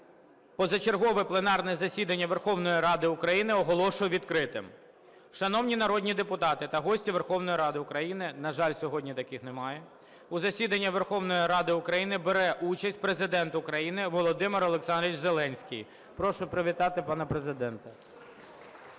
Позачергове пленарне засідання Верховної Ради України оголошую відкритим. Шановні народні депутати та гості Верховної Ради України (на жаль, сьогодні таких немає), у засіданні Верховної Ради України бере участь Президент України Володимир Олександрович Зеленський. Прошу привітати пана Президента.